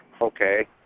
Okay